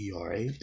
era